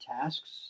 tasks